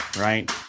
right